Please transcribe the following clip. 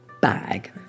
bag